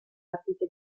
partite